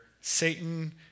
Satan